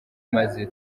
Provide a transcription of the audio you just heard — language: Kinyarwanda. maze